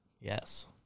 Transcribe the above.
Yes